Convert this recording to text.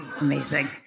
Amazing